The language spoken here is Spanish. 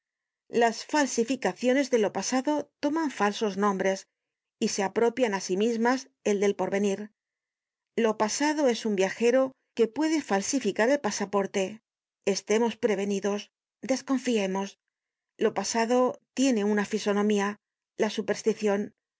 las falsificaciones de lo pasado toman falsos nombres y se apropian á sí mismas el del porvenir lo pasado es un viajero que puede falsificar el pasaporte estemos prevenidos desconfiemos lo pasado tiene una fisonomía la supersticion